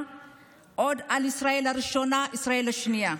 עוד על ישראל הראשונה ועל ישראל השנייה,